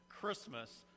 Christmas